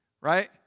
right